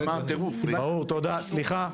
ברור, תודה, סליחה.